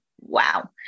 Wow